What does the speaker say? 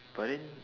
but then